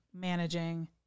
managing